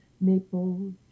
maple